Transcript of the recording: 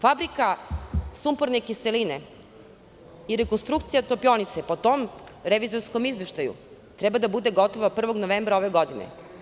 Fabrika sumporne kiseline i rekonstrukcije topionice po tom revizorskom izveštaju, treba da bude gotova 1. novembra ove godine.